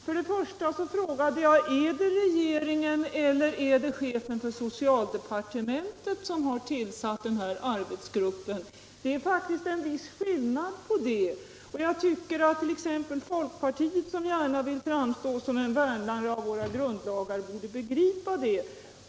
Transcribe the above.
För det första frågade jag: Är det regeringen eller är det chefen för socialdepartementet som har tillsatt den här arbetsgruppen? Det är faktiskt en viss skillnad på detta, och det tycker jag att folkpartiet, som gärna vill framstå som värnare av våra grundlagar, borde begripa.